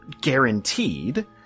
guaranteed